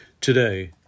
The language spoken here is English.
Today